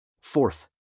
Fourth